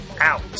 out